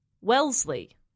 Wellesley